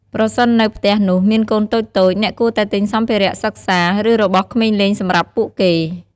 ប្រសិននៅផ្ទះនោះមានកូនតូចៗអ្នកគួរតែទិញសម្ភារៈសិក្សា ឬរបស់ក្មេងលេងសម្រាប់ពួកគេ។